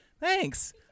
thanks